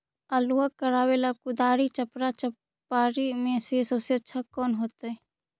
आलुआ कबारेला कुदारी, चपरा, चपारी में से सबसे अच्छा कौन होतई?